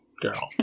girl